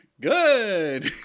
Good